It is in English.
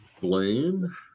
Blaine